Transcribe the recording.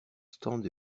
stand